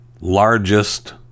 largest